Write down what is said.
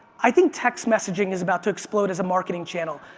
i think text messaging is about to explode as a marketing channel.